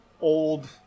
old